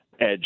edge